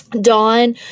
Dawn